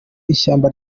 ishyamba